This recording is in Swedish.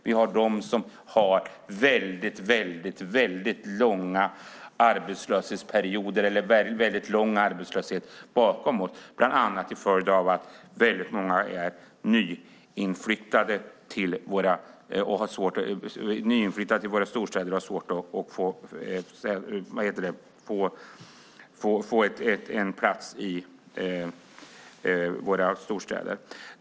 Vi har dem som har väldigt långa arbetslöshetsperioder bakom sig, bland annat till följd av att många är nyinflyttade till våra storstäder och har svårt att få en plats där.